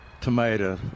Tomato